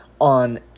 on